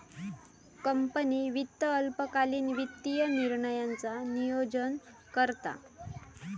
company वित्त अल्पकालीन वित्तीय निर्णयांचा नोयोजन करता